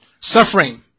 suffering